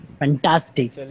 Fantastic